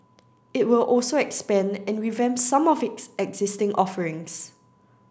it will also expand and revamp some of its existing offerings